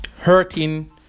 hurting